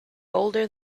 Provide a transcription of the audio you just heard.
older